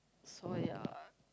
so ya